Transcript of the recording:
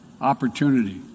opportunity